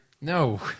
No